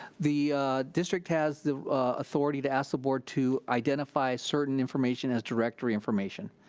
the district has the authority to ask the board to identify certain information as directory information.